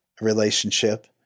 relationship